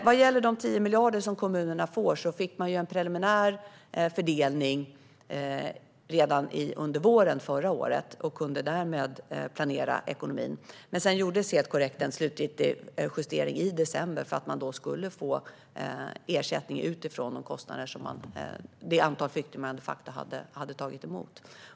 Vad gäller de 10 miljarder som kommunerna får fanns det ju en preliminär fördelning redan under våren förra året, och kommunerna kunde därmed planera ekonomin. Sedan gjordes helt korrekt en slutgiltig justering i december för att kommunerna då skulle få ersättning utifrån det antal flyktingar som de facto hade tagits emot.